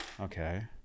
Okay